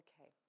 Okay